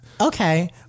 okay